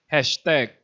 Hashtag